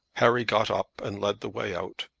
harry got up and led the way out,